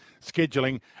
scheduling